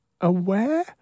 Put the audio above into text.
aware